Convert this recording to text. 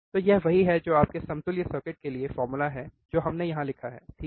तो यह वही है जो आपके समतुल्य सर्किट के लिए फॉर्मूला है जो हमने यहां लिखा है ठीक है